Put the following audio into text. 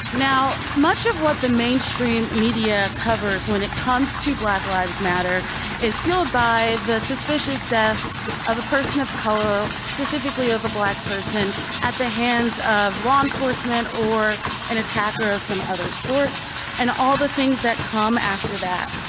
now, much of what the mainstream media covers when it comes to black lives matter is fueled by the suspicious death of a person of color or specifically of a black person at the hands of law enforcement or an attacker of some other sort and all the things that come after that.